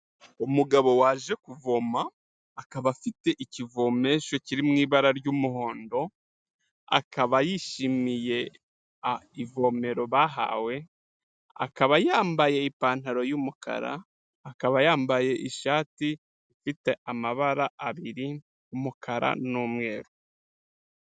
Umugabo waje kuvoma, akaba afite ikivomesho kiri mu ibara ry'umuhondo, akaba yishimiye ivomero bahawe, akaba yambaye ipantaro y'umukara, akaba yambaye ishati ifite amabara abiri, umukara n'umweru.